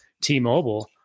T-Mobile